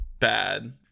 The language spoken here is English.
bad